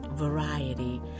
variety